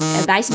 advice